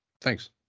Thanks